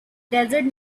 desert